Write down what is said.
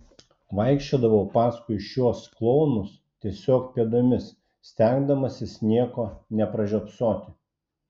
vaikščiodavau paskui šiuos klounus tiesiog pėdomis stengdamasis nieko nepražiopsoti